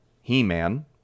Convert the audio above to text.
He-Man